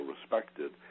respected